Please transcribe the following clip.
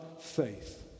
faith